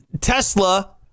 Tesla